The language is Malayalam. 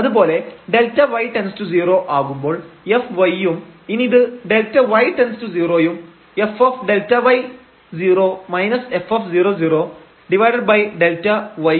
അതുപോലെ Δy→0 ആകുമ്പോൾ fy യും ഇനി ഇത് Δy→0 ഉം fΔy 0 f00Δy യും